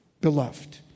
beloved